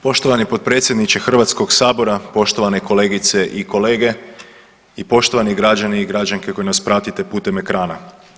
Poštovani potpredsjedniče Hrvatskog sabora, poštovane kolegice i kolege i poštovani građani i građanke koji nas pratite putem ekrana.